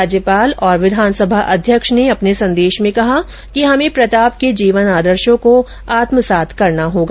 राज्यपाल और विधानसभा अध्यक्ष ने अपने संदेश में कहा कि हमें प्रताप के जीवन आदर्शो को आत्मसात करना होगा